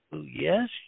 yes